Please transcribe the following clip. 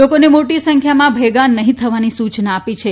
લોકોને મોટી સંખ્યામાં ભેગા નહીં થવાની સૂચના આપી છે